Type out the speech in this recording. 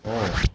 oh